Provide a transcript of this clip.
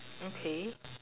okay